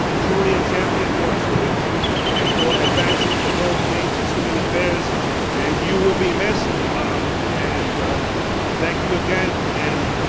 truly a champion for our students and for advancing the goals and aims of student affairs and you will be missed um and thank you again and